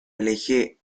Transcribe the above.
alejé